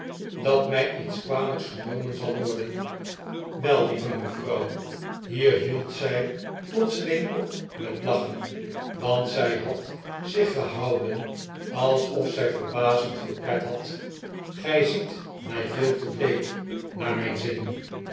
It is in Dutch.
dat mij iets kwalijk genomen zal worden wel lieve mevrouw hier hield zij plotseling op met lachen want zij had zich gehouden alsof zij verbazend veel pret had gij ziet mij veel te bleek naar mijn zin